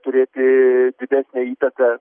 turėti didesnę įtaką